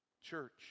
Church